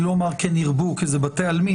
אני לא אומר: כן ירבו, כי זה בתי עלמין.